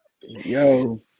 yo